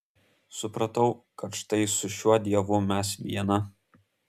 supratau kad štai su šiuo dievu mes viena